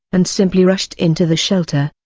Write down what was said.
and simply rushed into the shelter.